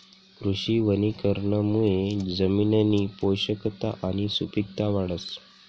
कृषी वनीकरणमुये जमिननी पोषकता आणि सुपिकता वाढस